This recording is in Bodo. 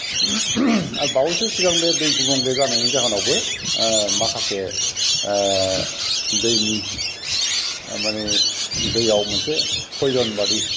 आरो बावैसो सिगां बे दै गुबुंले जानायनि जाहोनावबो माखासे दैनि माने दैयाव मोनसे पयजनबादि